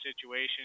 situation